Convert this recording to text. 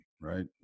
right